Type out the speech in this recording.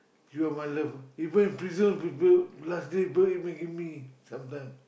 you are my love one even if prison people last day buy maggi-mee sometime